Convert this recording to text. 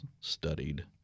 studied